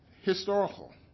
historical